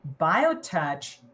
biotouch